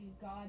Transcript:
God